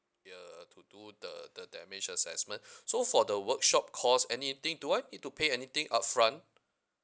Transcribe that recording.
ya uh to do the the damage assessment so for the workshop cost anything do I need to pay anything upfront